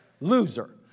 loser